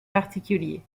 particuliers